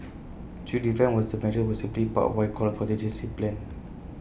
chew's defence was the measures were simply part what he called A contingency plan